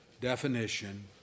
definition